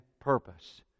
purpose